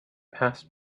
passed